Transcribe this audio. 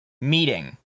meeting